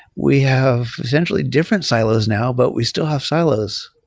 we have essentially different silos now, but we still have silos.